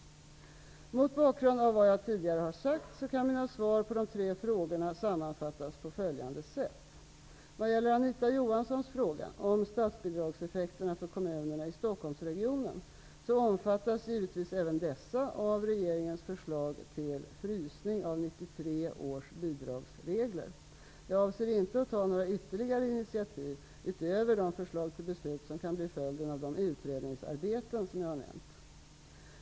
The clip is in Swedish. Mot bakgrund av vad jag tidigare har sagt kan mina svar på de tre frågorna sammanfattas på följande sätt: Vad gäller Anita Johanssons fråga om statsbidragseffekterna för kommunerna i Stockholmsregionen så omfattas givetvis även dessa av regeringens förslag till ''frysning'' av 1993 års bidragsregler. Jag avser inte att ta ytterligare initiativ utöver de förslag till beslut som kan bli följden av de utredningsarbeten jag har nämnt.